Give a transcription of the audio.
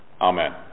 Amen